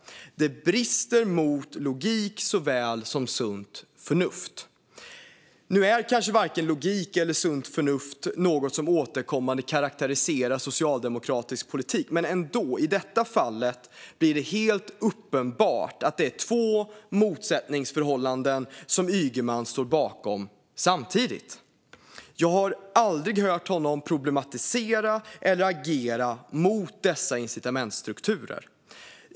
Det brister såväl i logik som i sunt förnuft. Nu är kanske varken logik eller sunt förnuft något som återkommande karakteriserar socialdemokratisk politik, men i detta fall blir det helt uppenbart att det är två motsatsförhållanden som Ygeman står bakom samtidigt. Jag har aldrig hört honom problematisera eller agera när det gäller dessa incitamentsstrukturer.